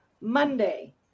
Monday